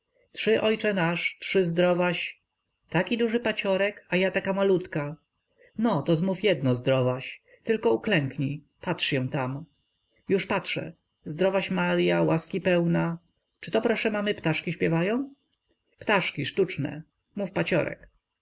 trzy ojcze nasz trzy zdrowaś taki duży paciorek a ja taka malutka no to zmów jedno zdrowaś tylko uklęknij patrz się tam już patrzę zdrowaś marya łaski pełna czyto proszę mamy ptaszki śpiewają ptaszki sztuczne mów